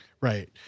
Right